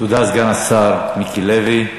תודה, סגן השר מיקי לוי.